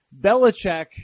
Belichick